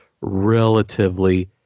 relatively